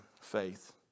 faith